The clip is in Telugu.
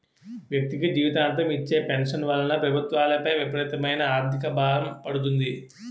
వ్యక్తికి జీవితాంతం ఇచ్చే పెన్షన్ వలన ప్రభుత్వాలపై విపరీతమైన ఆర్థిక భారం పడుతుంది